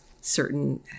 certain